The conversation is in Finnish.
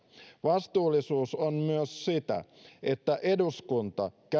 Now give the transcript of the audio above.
vastuullisuus on myös sitä että eduskunta käy